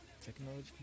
Technology